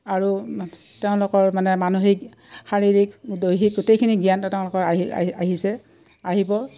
আৰু তেওঁলোকৰ মানে মানসিক শাৰীৰিক দৈহিক গোটেইখিনি জ্ঞান তেওঁলোকৰ আহি আহি আহিছে আহিব